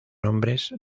nombres